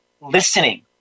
listening